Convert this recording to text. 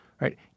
right